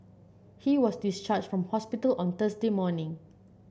he was discharged from hospital on Thursday morning